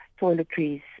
toiletries